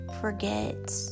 forget